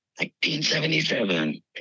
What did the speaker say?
1977